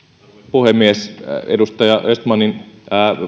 puhemies edustaja östmanin